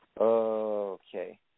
Okay